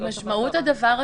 משמעות הדבר,